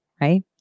right